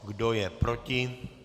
Kdo je proti?